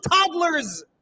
toddlers